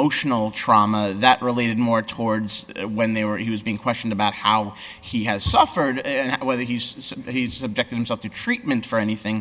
motional trauma that related more towards when they were he was being questioned about how he has suffered whether he's the victims of the treatment for anything